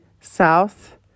south